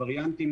הווריאנטים